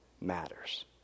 matters